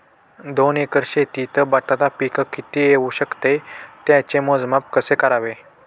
दोन एकर शेतीत बटाटा पीक किती येवू शकते? त्याचे मोजमाप कसे करावे?